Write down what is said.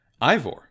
Ivor